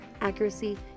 accuracy